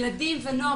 ילדים ונוער,